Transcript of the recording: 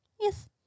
Yes